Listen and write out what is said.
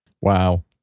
Wow